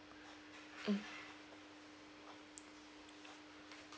mm